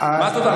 מה תודה?